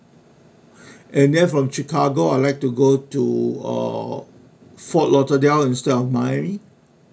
and then from chicago I'd like to go to uh for fort lauderdale instead of miami